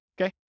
Okay